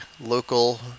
local